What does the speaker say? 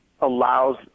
allows